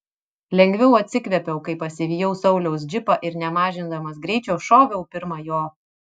lengviau atsikvėpiau kai pasivijau sauliaus džipą ir nemažindamas greičio šoviau pirma jo